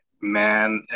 man